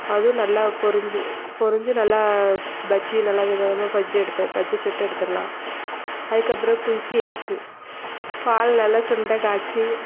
அதுவும் நல்லா பொரிஞ்சு பொரிஞ்சு நல்லா பஜ்ஜி நல்லா விதம் விதமாக பஜ்ஜி எடுத்து பஜ்ஜி சுட்டு எடுத்துடலாம் அதுக்கப்புறம் குல்ஃபி ஐஸ்ஸு பால் நல்லா சுண்ட காய்ச்சி